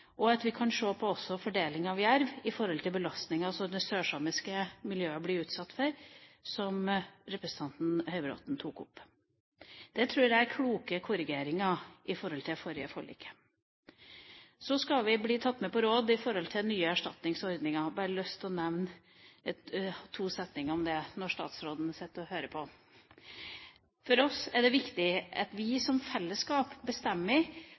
og at vi også kan se på fordeling av jerv i forhold til belastningen som det sørsamiske miljøet blir utsatt for, som representanten Høybråten tok opp. Det tror jeg er kloke korrigeringer i forhold til det forrige forliket. Så skal vi bli tatt med på råd når det gjelder nye erstatningsordninger. Jeg har bare lyst til å nevne to setninger om det når statsråden sitter og hører på. For oss er det viktig at vi som fellesskap bestemmer